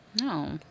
no